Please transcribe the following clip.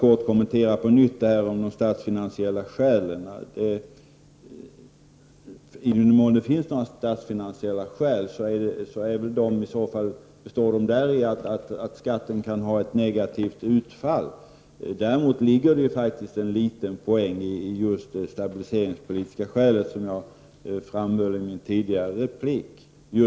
Låt mig vidare bara på nytt kommentera frågan om de statsfinansiella skälen för ett bibehållande av omsättningsskatten. I den mån som det finns några sådana statsfinansiella skäl består de däri att skatten kan ha ett negativt utfall. Däremot ligger det faktiskt en liten poäng i det stabiliseringspolitiska skälet, som jag framhöll i min tidigare replik.